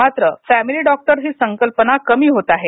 मात्र family doctor ही संकल्पना कमी होत आहे